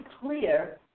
clear